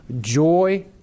Joy